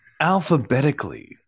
Alphabetically